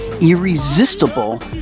irresistible